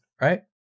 right